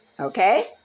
Okay